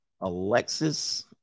Alexis